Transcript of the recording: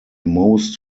most